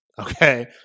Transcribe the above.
Okay